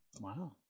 Wow